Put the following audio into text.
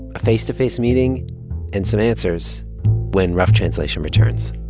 a face-to-face meeting and some answers when rough translation returns